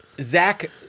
Zach